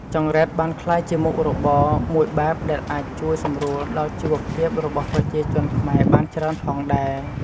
ចង្រិតបានក្លាយជាមុខរបរមួយបែបដែលអាចជួយសម្រួលដល់ជីវភាពរបស់ប្រជាជនខ្មែរបានច្រើនផងដែរ។